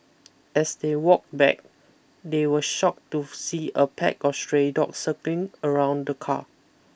as they walked back they were shocked to see a pack of stray dogs circling around the car